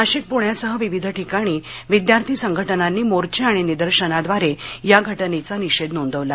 नाशिक पुण्यासह विविध ठिकाणी विद्यार्थी संघटनांनी मोर्चे आणि निदर्शनाद्वारे या घटनेचा निषेध नोंदवला